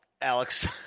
Alex